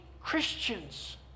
Christians